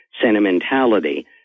sentimentality